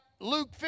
Luke